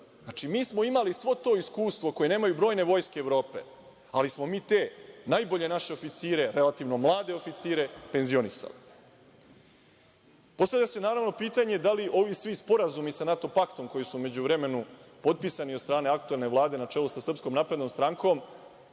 sveta. Mi smo imali svo to iskustvo koje nemaju brojne vojske Evrope, ali smo mi te najbolje naše oficire, relativno mlade oficire, penzionisali. Postavlja se, naravno, pitanje – da li ovi svi sporazumi sa NATO Paktom koji su u međuvremenu potpisani od strane aktuelne vlade na čelu sa SNS, vode ka